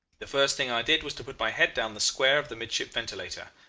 the first thing i did was to put my head down the square of the midship ventilator.